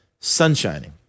sunshining